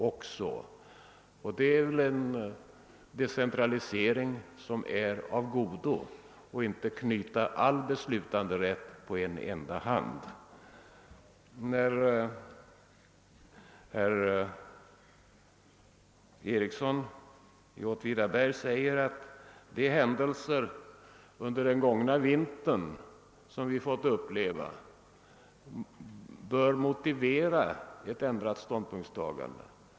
Att inte knyta all beslutanderätt till en enda ort är väl en decentralisering som är av godo. Herr Eriksson i Arvika sade att de händelser som vi har fått uppleva under den gångna vintern bör motivera ett ändrat ståndpunktstagande.